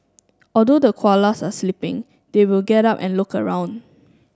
although the koalas are sleeping they will get up and look around